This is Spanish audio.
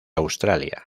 australia